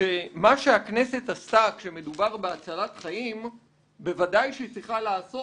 שמה שהכנסת עשתה כשמדובר בהצלת חיים בוודאי שהיא צריכה לעשות